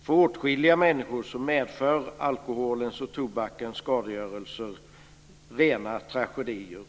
För åtskilliga människor medför alkoholens och tobakens skadegörelser rena tragedier.